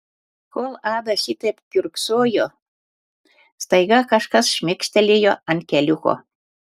kol ada šitaip kiurksojo staiga kažkas šmėkštelėjo ant keliuko